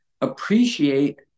appreciate